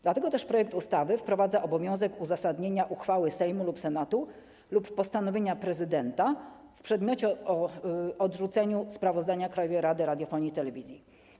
Dlatego też projekt ustawy wprowadza obowiązek uzasadnienia uchwały Sejmu lub Senatu lub postanowienia prezydenta w przedmiocie odrzucenia sprawozdania Krajowej Rady Radiofonii i Telewizji.